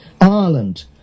Ireland